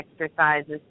exercises